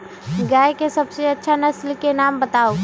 गाय के सबसे अच्छा नसल के नाम बताऊ?